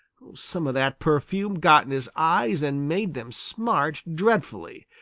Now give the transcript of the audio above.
some of that perfume got in his eyes and made them smart dreadfully.